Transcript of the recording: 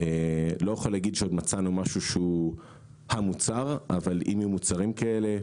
לא אוכל להגיד שמצאנו משהו שהוא המוצר אבל אם יהיו מוצרים כאלה,